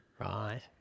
Right